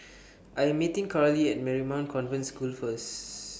I'm meeting Karli At Marymount Convent School First